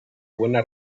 buena